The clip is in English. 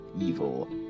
evil